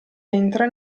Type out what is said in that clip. entra